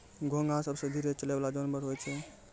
घोंघा सबसें धीरे चलै वला जानवर होय छै